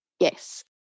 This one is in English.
Yes